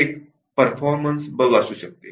एक performance bug असू शकते